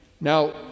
Now